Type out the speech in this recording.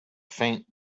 faint